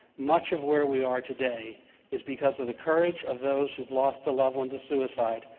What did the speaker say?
much of where we are today is because of the courage of those who have lost a loved one to suicide,